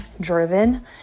driven